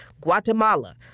Guatemala